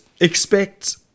expect